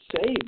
save